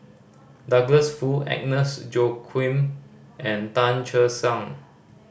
Douglas Foo Agnes Joaquim and Tan Che Sang